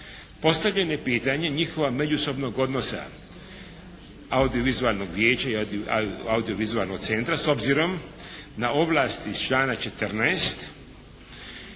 Postavljanje pitanja njihova međusobnog odnosa audio- vizuelnog vijeća i audio-vizualnog centra s obzirom na ovlasti iz člana 14.